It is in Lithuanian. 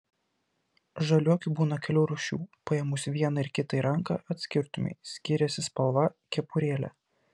žaliuokių būna kelių rūšių paėmus vieną ir kitą į ranką atskirtumei skiriasi spalva kepurėlė